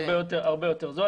הרבה יותר זול.